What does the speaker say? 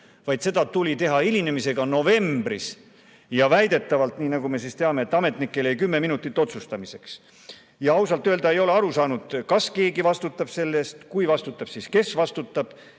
vaid seda tuli teha hilinemisega novembris. Ja väidetavalt, nii nagu me teame, ametnikele jäi kümme minutit otsustamiseks. Ausalt öelda ei ole aru saanud, kas keegi vastutab selle eest, kui vastutab, siis kes vastutab,